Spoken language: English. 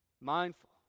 mindful